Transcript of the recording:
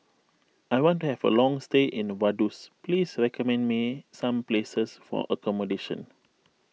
I want to have a long stay in Vaduz please recommend me some places for accommodation